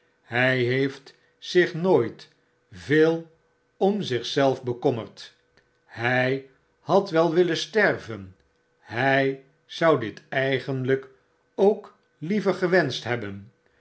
hij heeft zich nooit veel om zich zelven bekommerd hy had wel willen sterven hy zou dit eigenlyk ook liever gewenscht hebben